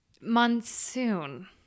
Monsoon